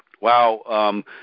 wow